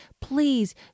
please